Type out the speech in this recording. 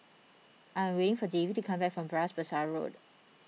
I am waiting for Davie to come back from Bras Basah Road